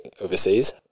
overseas